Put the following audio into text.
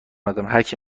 ندارم، هرکی